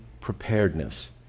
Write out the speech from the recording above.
preparedness